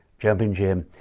jumpin' jim.